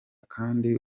kandi